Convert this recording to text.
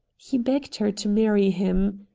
he begged her to marry him.